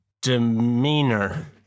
Demeanor